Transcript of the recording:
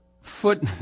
foot